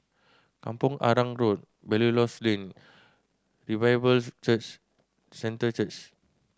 Kampong Arang Road Belilios Lane Revival Church Centre Church